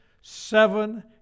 seven